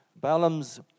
Balaam's